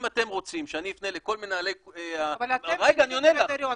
אם אתם רוצים שאני אפנה לכל מנהלי --- אבל אתם קובעים את הקריטריון.